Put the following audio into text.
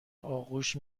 آغوش